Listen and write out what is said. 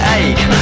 ache